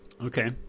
Okay